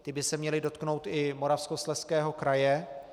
Ty by se měly dotknout i Moravskoslezského kraje.